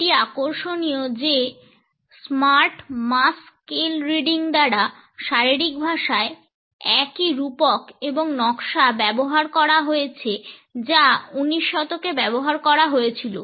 এটি আকর্ষণীয় যে এই smart mass scale reading দ্বারা শারীরিক ভাষায় একই রূপক এবং নকশা ব্যবহার করা হয়েছে যা 19 শতকে ব্যবহার করা হয়েছিল